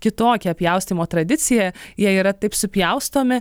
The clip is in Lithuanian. kitokią pjaustymo tradiciją jie yra taip supjaustomi